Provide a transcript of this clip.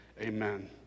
amen